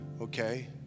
Okay